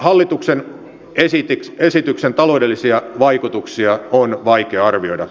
hallituksen esityksen taloudellisia vaikutuksia on vaikea arvioida